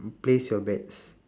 place your bets